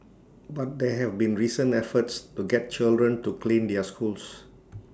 but there have been recent efforts to get children to clean their schools